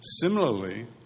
similarly